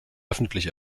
öffentlich